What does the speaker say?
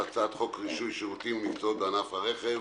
על סדר-היום: הצעת חוק רישוי שירותים ומקצועות בענף הרכב